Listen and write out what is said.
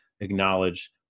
acknowledge